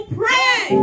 pray